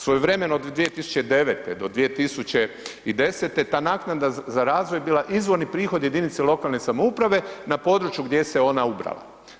Svojevremeno od 2009. do 2010. ta naknada za razvoj je bila izvorni prihod jedinice lokalne samouprave na području gdje se ona ubrala.